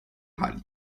hali